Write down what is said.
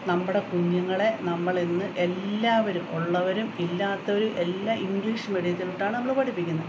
നമ്മുടെ കുഞ്ഞുങ്ങളെ നമ്മൾ ഇന്ന് എല്ലാവരും ഉള്ളവരും ഇല്ലാത്തവരും എല്ലാം ഇങ്ക്ളീഷ് മീഡിയത്തിലോട്ടാണ് നമ്മൾ പഠിപ്പിക്കുന്നത്